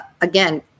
again